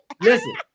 listen